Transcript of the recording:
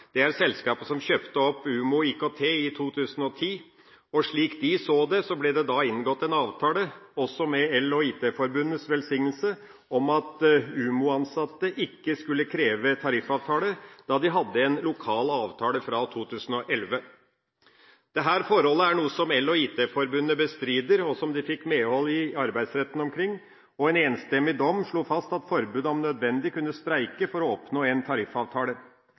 Atea er selskapet som kjøpte opp Umoe IKT i 2010, og slik de så det, ble det inngått en avtale – også med EL & IT Forbundets velsignelse – om at Umoe-ansatte ikke skulle kreve tariffavtale, da de hadde en lokal avtale fra 2011. Dette forholdet er noe som EL & IT Forbundet bestrider, og som de fikk medhold i arbeidsretten for, og en enstemmig dom slo fast at forbundet om nødvendig kunne streike for å oppnå en tariffavtale.